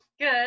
good